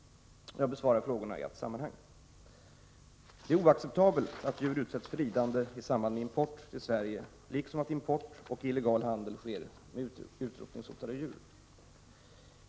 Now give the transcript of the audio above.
Jag besvarar frågorna i ett sammanhang. Det är oacceptabelt att djur utsätts för lidande i samband med import till Sverige liksom att import och illegal handel sker med utrotningshotade djur.